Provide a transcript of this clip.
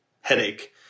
headache